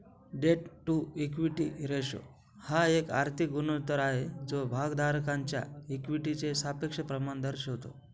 date to equity ratio हा एक आर्थिक गुणोत्तर आहे जो भागधारकांच्या इक्विटीचे सापेक्ष प्रमाण दर्शवतो